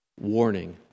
warning